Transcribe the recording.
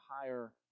higher